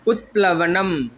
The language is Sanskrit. उत्प्लवनम्